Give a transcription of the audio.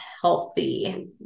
healthy